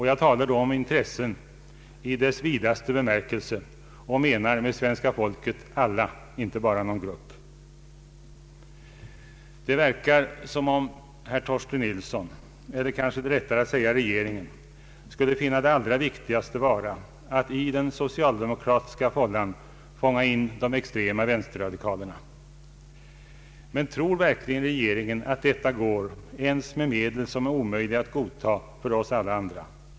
Jag talar då om intressen i ordets vidaste bemärkelse och menar med svenska folket alla och inte bara en grupp. Det verkar som om herr Torsten Nilsson — eller kanske är det rättare att säga regeringen — skulle finna det allra viktigaste att i den socialdemokratiska fållan fånga in de extrema vänsterradikalerna. Men tror verkligen regeringen att det går ens med medel som är omöjliga att godta för oss alla andra?